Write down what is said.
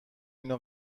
اینو